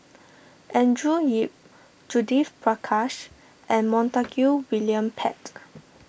Andrew Yip Judith Prakash and Montague William Pett